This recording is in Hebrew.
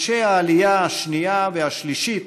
אנשי העלייה השנייה והשלישית,